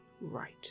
Right